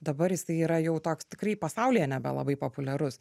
dabar jisai yra jau toks tikrai pasaulyje nebelabai populiarus